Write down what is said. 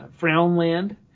Frownland